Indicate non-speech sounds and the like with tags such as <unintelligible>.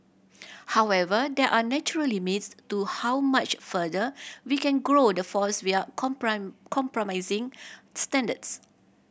however there are natural limits to how much further we can grow the force without <unintelligible> compromising standards